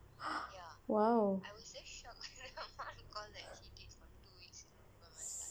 !wow!